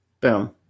boom